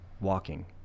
walking